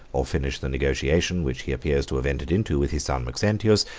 or finish the negotiation which he appears to have entered into with his son maxentius,